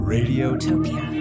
Radiotopia